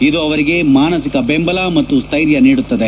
ಇದು ಅವರಿಗೆ ಮಾನಸಿಕ ಬೆಂಬಲ ಮತ್ತು ಸ್ಟೈರ್ಯ ನೀಡುತ್ತದೆ